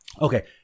Okay